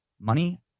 Money